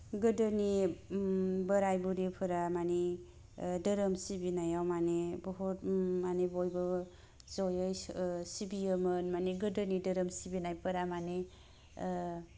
गोदोनि बोराइ बुरैफोरा माने ओ धोरोम सिबिनायाव माने बहुद माने बयबो जयै ओ सिबियोमोन माने गोदोनि धोरोम सिबिनायफोरा माने